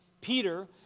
Peter